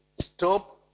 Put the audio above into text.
Stop